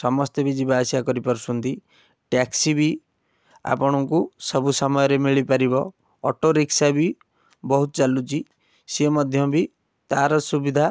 ସମସ୍ତେ ବି ଯିବା ଆସିବା କରିପାରୁଛନ୍ତି ଟ୍ୟାକ୍ସି ବି ଆପଣଙ୍କୁ ସବୁ ସମୟରେ ମିଳିପାରିବ ଅଟୋ ରିକ୍ସା ବି ବହୁତ ଚାଲୁଛି ସିଏ ମଧ୍ୟ ବି ତାର ସୁବିଧା